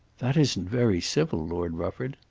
that isn't very civil, lord rufford.